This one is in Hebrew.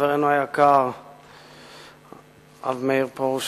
וחברנו היקר הרב מאיר פרוש,